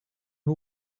who